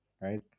right